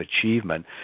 achievement